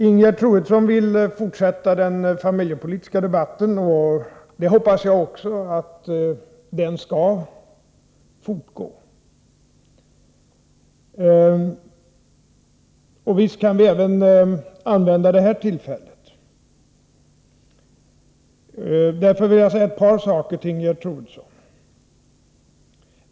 Ingegerd Troedsson vill fortsätta den familjepolitiska debatten, och även jag hoppas att den skall fortgå. Visst kan vi använda också det här tillfället. Därför vill jag säga ett par saker till Ingegerd Troedsson.